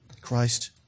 Christ